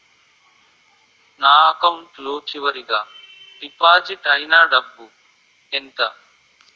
నా అకౌంట్ లో చివరిగా డిపాజిట్ ఐనా డబ్బు ఎంత?